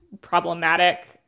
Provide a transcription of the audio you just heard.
problematic